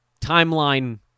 Timeline